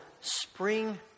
spring